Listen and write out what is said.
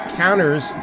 counters